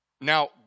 Now